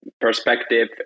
perspective